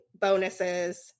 bonuses